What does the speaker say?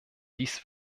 dies